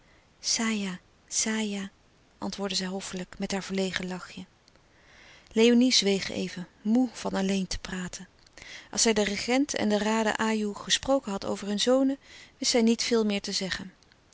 saja antwoordde zij hoffelijk met haar verlegen lachje léonie zweeg even moê van alleen te praten als zij den regent en de raden ajoe gesproken had over hun zonen wist zij niet veel meer te zeggen